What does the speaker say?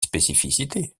spécificités